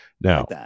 Now